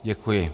Děkuji.